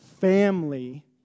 family